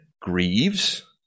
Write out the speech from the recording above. grieves